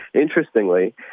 interestingly